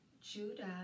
Judah